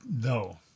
No